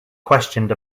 questioned